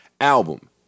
album